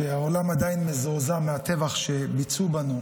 כשהעולם עדיין מזועזע מהטבח שביצעו בנו